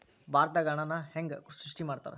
ಭಾರತದಾಗ ಹಣನ ಹೆಂಗ ಸೃಷ್ಟಿ ಮಾಡ್ತಾರಾ